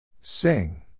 Sing